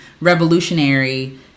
revolutionary